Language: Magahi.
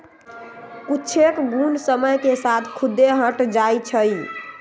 कुछेक घुण समय के साथ खुद्दे हट जाई छई